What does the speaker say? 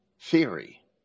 theory